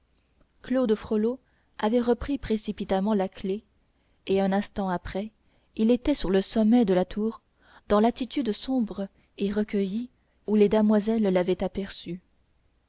claude frollo avait repris précipitamment la clef et un instant après il était sur le sommet de la tour dans l'attitude sombre et recueillie où les damoiselles l'avaient aperçu